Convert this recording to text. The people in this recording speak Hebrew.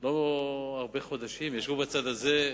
לא הרבה חודשים ישבו בצד הזה,